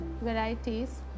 varieties